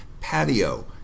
patio